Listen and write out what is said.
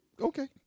Okay